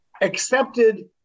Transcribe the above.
accepted